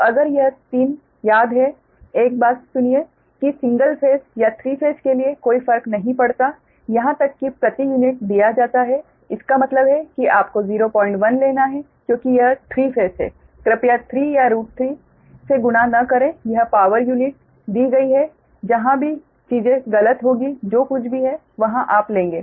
तो अगर यह 3 याद है एक बात सुनो कि सिंगल फेज या थ्री फेज के लिए कोई फर्क नहीं पड़ता यहां तक कि प्रति यूनिट दिया जाता है इसका मतलब है कि आपको 010 लेना है क्योंकि यह थ्री फेज है कृपया 3 या √3 से गुणा न करें यह पावर यूनिट दी गई है जहां भी चीजें गलत होंगी जो कुछ भी है वहाँ आप लेंगे